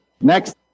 Next